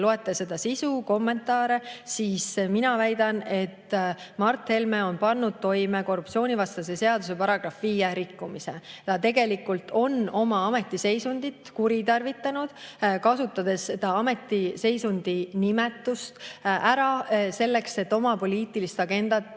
lugenud seda sisu ja kommentaare, mina väidan, et Mart Helme on pannud toime korruptsioonivastase seaduse § 5 rikkumise. Ta tegelikult on oma ametiseisundit kuritarvitanud, kasutades ametiseisundi nimetust ära selleks, et oma poliitilist agendat